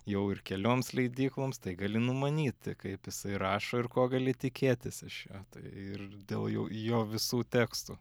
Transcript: jau ir kelioms leidykloms tai gali numanyti kaip jisai rašo ir ko gali tikėtis iš jo tai ir dėl jų jo visų tekstų